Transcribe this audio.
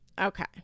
Okay